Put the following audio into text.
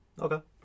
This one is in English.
Okay